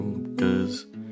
cause